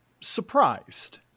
surprised